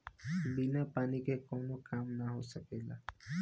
बिना पानी के कावनो काम ना हो सकेला